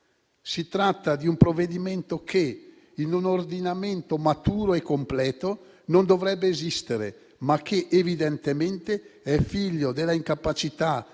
Si tratta di un provvedimento che, in un ordinamento maturo e completo, non dovrebbe esistere, ma che evidentemente è figlio dell'incapacità